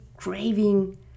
craving